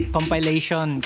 Compilation